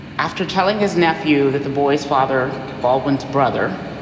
after telling his nephew that the boy's father, baldwin's brother,